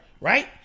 Right